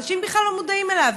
אנשים בכלל לא מודעים אליו.